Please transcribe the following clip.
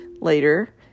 later